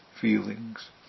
feelings